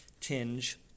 tinge